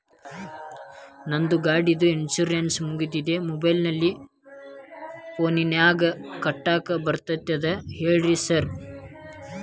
ನಂದ್ ಗಾಡಿದು ಇನ್ಶೂರೆನ್ಸ್ ಮುಗಿದದ ಮೊಬೈಲ್ ಫೋನಿನಾಗ್ ಕಟ್ಟಾಕ್ ಬರ್ತದ ಹೇಳ್ರಿ ಸಾರ್?